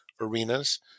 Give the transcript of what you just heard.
arenas